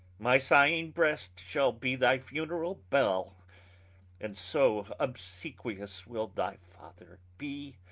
my sighing brest, shall be thy funerall bell and so obsequious will thy father be,